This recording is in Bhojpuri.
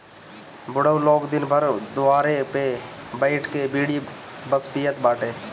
बुढ़ऊ लोग दिन भर दुआरे पे बइठ के बीड़ी बस पियत बाटे